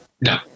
No